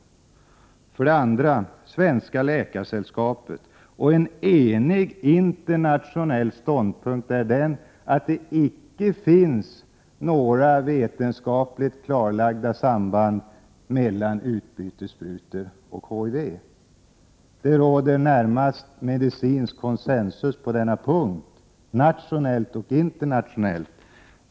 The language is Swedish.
Vidare delar Svenska läkaresällskapet en enig internationell ståndpunkt att det icke finns några vetenskapligt klarlagda samband mellan utbytessprutor och HIV. Det råder närmast medicinskt konsensus på denna punkt, nationellt och internationellt.